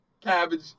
cabbage